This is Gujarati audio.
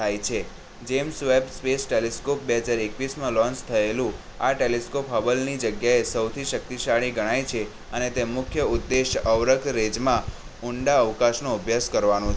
થાય છે જેમ સ્વેપ સ્પેસ ટેલિસ્કોપ બે હજાર એકવીસમાં લોંચ થયેલું આ ટેલિસ્કોપ હબલની જગ્યાએ સૌથી શક્તિશાળી ગણાય છે અને તે મુખ્ય ઉદ્દેશ્ય અવરત રેજમાં ઊંડા અવકાશનો અભ્યાસ કરવાનો